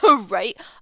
right